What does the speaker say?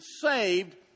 saved